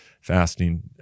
fasting